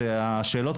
חובה.